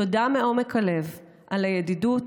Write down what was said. תודה מעומק הלב על הידידות,